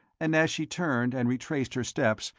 and as she turned and retraced her steps,